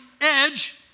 edge